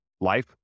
life